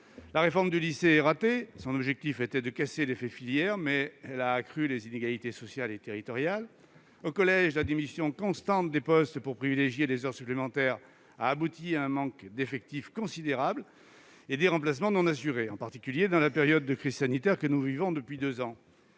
La réforme du lycée est ratée. Alors que son objectif était de casser l'effet filière, elle a accru les inégalités sociales et territoriales. Au collège, la diminution constante du nombre de postes pour privilégier les heures supplémentaires a abouti à un manque considérable d'effectifs, avec des remplacements non assurés, en particulier dans la période de crise sanitaire que nous vivons depuis deux ans.